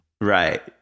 right